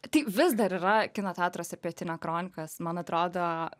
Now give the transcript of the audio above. tai vis dar yra kino teatruose pietinia kronikos man atrodo